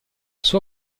sua